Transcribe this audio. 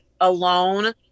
alone